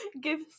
give